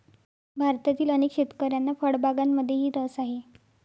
भारतातील अनेक शेतकऱ्यांना फळबागांमध्येही रस आहे